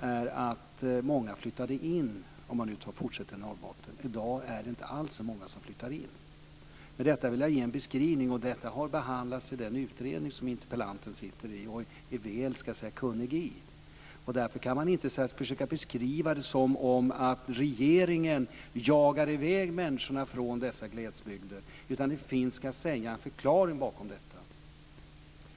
var många som flyttade in, om vi nu fortsätter att tala om Norrbotten. I dag är det inte alls så många som flyttar in. Med detta vill jag ge en beskrivning, och detta har behandlats i den utredning som interpellanten sitter i och är väl kunnig i. Därför kan man inte försöka beskriva det som om regeringen jagar i väg människorna från dessa glesbygder, utan det finns en förklaring bakom detta.